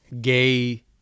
Gay